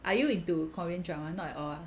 are you into korean drama not at all ah